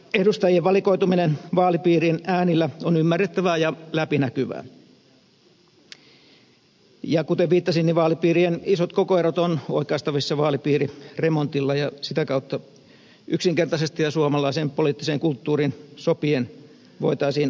edustajien valikoituminen vaalipiirien äänillä on ymmärrettävää ja läpinäkyvää ja kuten viittasin vaalipiirien isot kokoerot ovat oikaistavissa vaalipiiriremontilla ja sitä kautta yksinkertaisesti ja suomalaiseen poliittiseen kulttuuriin sopien voitaisiin uudistus tehdä